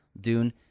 Dune